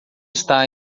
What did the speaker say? está